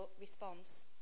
response